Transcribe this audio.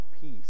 peace